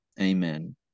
Amen